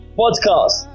podcast